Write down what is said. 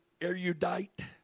erudite